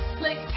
click